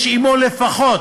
שיש עמו לפחות